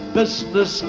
business